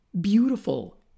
beautiful